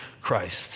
Christ